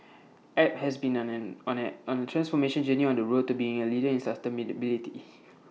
app has been on an on at on transformation journey on the road to being A leader in sustainability